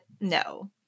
no